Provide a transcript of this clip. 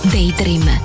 Daydream